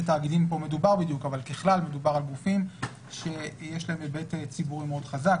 תאגידים כאן מדובר מדובר על גופים שיש להם היבט ציבורי מאוד חזק,